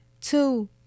two